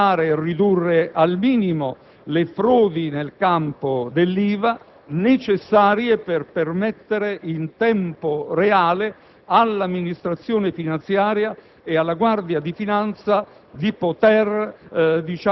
per contrastare e ridurre al minimo le frodi nel campo dell'IVA e per permettere, in tempo reale, all'amministrazione finanziaria e alla Guardia di finanza